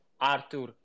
Arthur